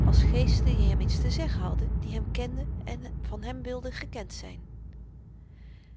als geesten die hem iets te zeggen hadden die hem kenden en van hem wilden gekend zyn